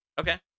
okay